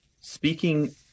speaking